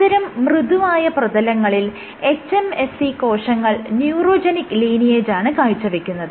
ഇത്തരം മൃദുവായ പ്രതലങ്ങളിൽ hMSC കോശങ്ങൾ ന്യൂറോജെനിക് ലീനിയേജാണ് കാഴ്ചവെക്കുന്നത്